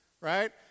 Right